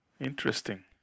interesting